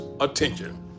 attention